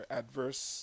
adverse